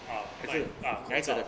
ah 卖 ah